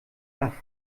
nach